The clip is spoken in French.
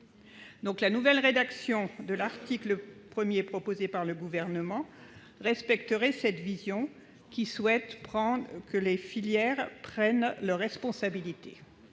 La nouvelle rédaction de l'article 1 proposée par le Gouvernement respecterait cette vision selon laquelle les filières prennent leurs responsabilités.